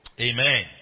Amen